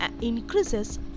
increases